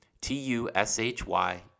T-U-S-H-Y